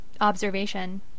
observation